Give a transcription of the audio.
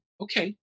Okay